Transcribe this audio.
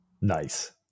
nice